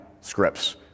scripts